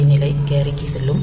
B நிலை carry க்கு செல்லும்